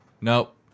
Nope